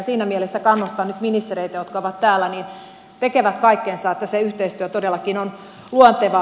siinä mielessä kannustan nyt ministereitä jotka ovat täällä tekemään kaikkensa että yhteistyö todellakin on luontevaa